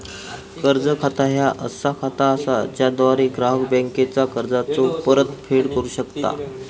कर्ज खाता ह्या असा खाता असा ज्याद्वारा ग्राहक बँकेचा कर्जाचो परतफेड करू शकता